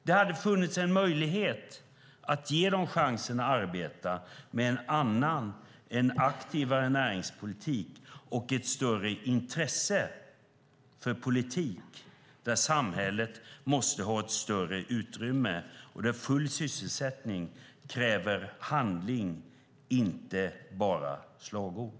Det hade funnits en möjlighet att ge dem chansen att arbeta med en annan, en aktivare näringspolitik och ett större intresse för politik där samhället måste ha ett större utrymme och där full sysselsättning kräver handling, inte bara slagord.